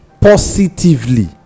positively